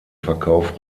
verkauf